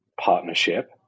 partnership